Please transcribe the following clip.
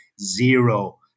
zero